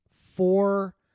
Four